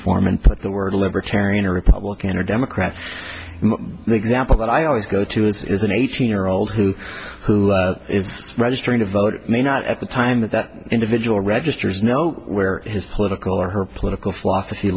form and put the word libertarian or republican or democrat the example that i always go to is an eighteen year old who who registering to vote may not at the time that that individual registers know where his political or her political philosophy